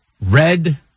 red